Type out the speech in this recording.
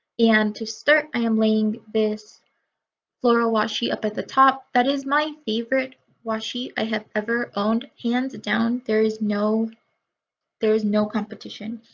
and to start i am laying this floral washi up at the top. that is my favorite washi i have ever owned hands down. there is no there is no competition.